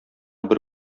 бер